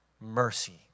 mercy